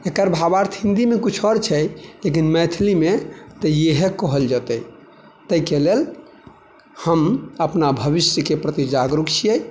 एकर भावार्थ हिन्दी मे किछु आओर छै लेकिन मैथिली मे तऽ इहे कहल जेतै ताहिके लेल हम अपना भविष्य के प्रति जागरूक छियै